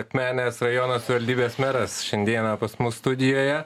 akmenės rajono savivaldybės meras šiandieną pas mus studijoje